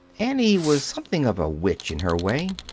annie was something of a witch, in her way.